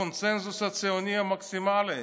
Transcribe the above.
הקונסנזוס הציוני המקסימלי.